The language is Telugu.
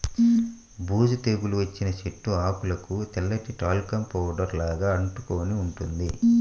బూజు తెగులు వచ్చిన చెట్టు ఆకులకు తెల్లటి టాల్కమ్ పౌడర్ లాగా అంటుకొని ఉంటుంది